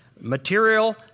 material